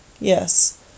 Yes